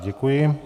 Děkuji.